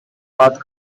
path